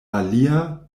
alia